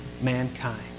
mankind